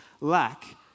lack